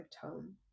tone